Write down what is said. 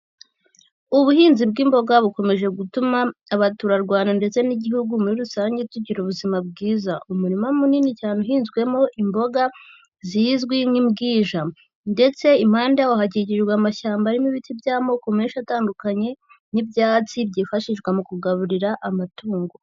Ubuhinzi bw'imboga bukomeje gutuma abaturarwanda ndetse n'Igihugu muri rusange tugira ubuzima bwiza, umurima munini cyane uhinzwemo imboga zizwi nk'imbwija ndetse impande yawo hakijwe amashyamba arimo ibiti by'amoko menshi atandukanye nk'ibyatsi byifashishwa mu kugaburira amatungo.